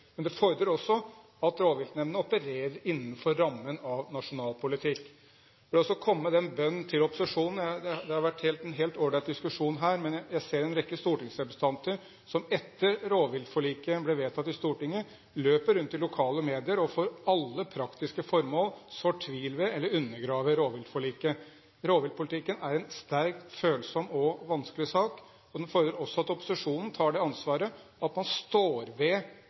Men det fordrer også at rovviltnemndene opererer innenfor rammen av nasjonal politikk. Jeg vil også komme med en bønn til opposisjonen: Det har vært en helt all right diskusjon her, men jeg ser en rekke stortingsrepresentanter som – etter at rovviltforliket ble vedtatt i Stortinget – løper rundt til lokale medier og, for alle praktiske formål, sår tvil ved eller undergraver rovviltforliket. Rovviltpolitikken er en sterkt følsom og vanskelig sak. Den fordrer også at opposisjonen i møte med lokale medier og lokalbefolkningen tar det ansvaret at man står ved